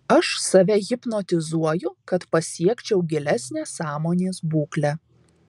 aš save hipnotizuoju kad pasiekčiau gilesnę sąmonės būklę